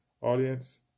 audience